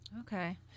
Okay